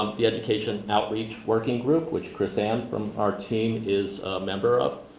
um the education outreach working group, which kris anne from our team is a member of,